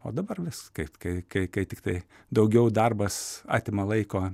o dabar mes kaip kai kai tiktai daugiau darbas atima laiko